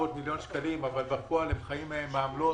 מיליון שקלים אבל בפועל הן חיות מעמלות.